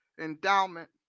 endowment